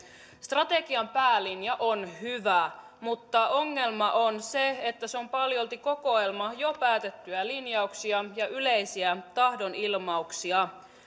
strategian päälinja on hyvä mutta ongelma on se että se on paljolti kokoelma jo päätettyjä linjauksia ja yleisiä tahdonilmauksia